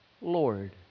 Lord